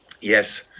yes